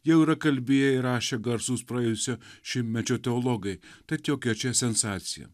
jau yra kalbėję ir rašę garsus praėjusio šimtmečio teologai tad jokia čia sensacija